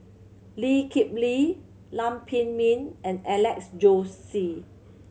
Lee Kip Lee Lam Pin Min and Alex Josey